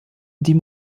die